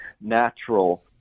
natural